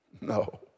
No